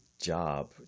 job